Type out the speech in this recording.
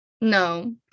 No